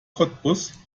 cottbus